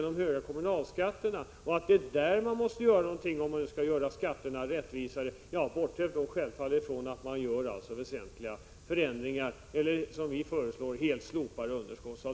Det är där man måste göra något om man vill göra skatterna rättvisare — självfallet bortsett från att man gör vissa väsentliga förändringar av underskottsavdraget eller, som vi föreslår, helt slopar det.